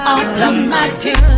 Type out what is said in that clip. Automatic